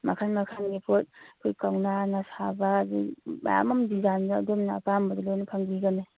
ꯃꯈꯜ ꯃꯈꯜꯒꯤ ꯄꯣꯠ ꯑꯩꯈꯣꯏ ꯀꯧꯅꯥꯅ ꯁꯥꯕ ꯑꯗꯨꯝ ꯃꯌꯥꯝ ꯑꯃ ꯗꯤꯖꯥꯏꯟꯗ ꯑꯗꯣꯝꯅ ꯑꯄꯥꯝꯕꯗꯣ ꯂꯣꯏꯅ ꯐꯪꯕꯤꯒꯅꯤ